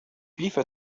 كيف